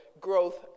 Growth